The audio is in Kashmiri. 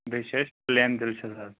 بیٚیہِ چھِ اَسہِ پٕلین ڈٮ۪لِشَس حظ